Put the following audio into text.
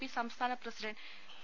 P സംസ്ഥാന president P